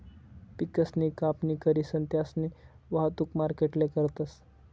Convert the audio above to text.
पिकसनी कापणी करीसन त्यास्नी वाहतुक मार्केटले करतस